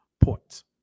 points